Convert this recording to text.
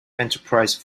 enterprise